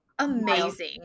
Amazing